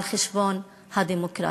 על חשבון הדמוקרטי.